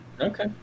okay